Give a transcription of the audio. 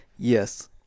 Yes